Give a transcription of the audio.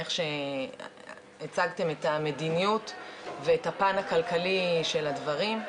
מאיך שהצגתם את המדיניות ואת הפן הכלכלי של הדברים.